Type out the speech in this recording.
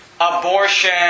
abortion